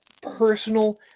personal